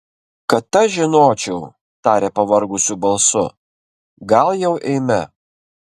kad aš žinočiau tarė pavargusiu balsu gal jau eime